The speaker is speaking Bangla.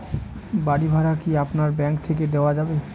বাড়ী ভাড়া কি আপনার ব্যাঙ্ক থেকে দেওয়া যাবে?